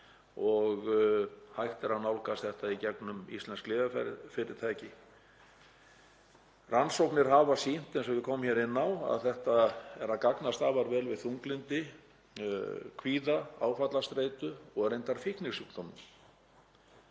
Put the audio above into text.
Hægt er að nálgast þetta í gegnum íslensk lyfjafyrirtæki. Rannsóknir hafa sýnt, eins og ég kom inn á, að þetta gagnast afar vel við þunglyndi, kvíða, áfallastreitu og reyndar fíknisjúkdómum.